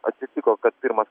atsitiko kad pirmas